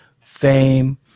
fame